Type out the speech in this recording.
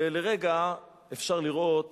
ולרגע אפשר לראות